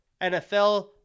NFL